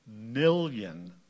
million